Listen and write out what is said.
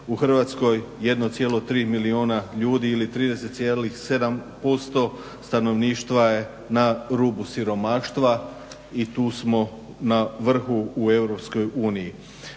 u Hrvatskoj 1,3 milijuna ljudi ili 30,7% stanovništva je na rubu siromaštva i tu smo na vrhu u EU.